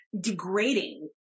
degrading